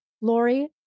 Lori